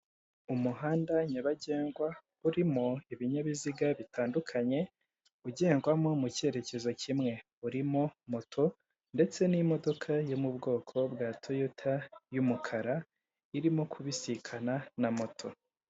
Umuhanda nyabagendwa urimo ibinyabiziga bitandukanye ugendwamo mu cyerekezo kimwe, urimo moto ndetse n'imodoka yo mu bwoko bwa toyota y'umukara irimo kubisikana na moto.